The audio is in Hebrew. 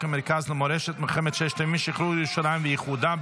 המרכז למורשת מלחמת ששת הימים שחרור ירושלים ואיחודה,